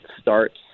starts